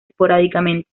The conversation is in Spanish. esporádicamente